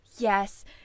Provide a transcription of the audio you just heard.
Yes